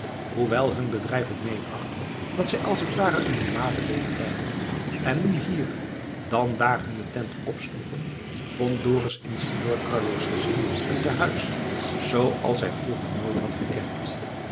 hoewel hun bedrijf het meebracht dat zij als het ware een nomadenleven leidden en nu hier dan daar hunne tent opsloegen vond dorus in signor carlo's gezin een tehuis zooals hij vroeger nooit had gekend